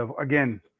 again